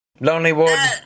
Lonelywood